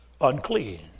unclean